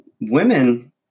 women